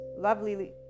Lovely